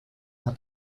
hat